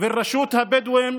ורשות הבדואים